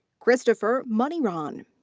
christopher moneyron.